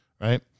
right